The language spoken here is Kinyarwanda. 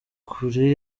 kure